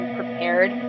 prepared